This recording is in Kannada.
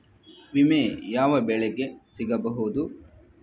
ವಿಮೆ ಯಾವ ಬೆಳೆಗೆ ಸಿಗಬಹುದು?